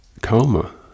karma